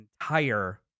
entire